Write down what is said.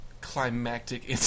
climactic